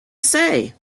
say